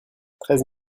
treize